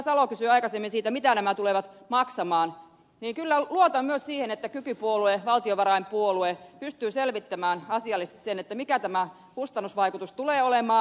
salo kysyi aikaisemmin siitä mitä nämä tulevat maksamaan niin kyllä luotan myös siihen että kykypuolue valtiovarainpuolue pystyy selvittämään asiallisesti sen mikä tämä kustannusvaikutus tulee olemaan